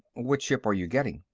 what ship are you getting?